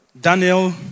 Daniel